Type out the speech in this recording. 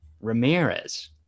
Ramirez